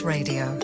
Radio